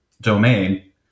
domain